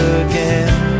again